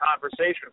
conversation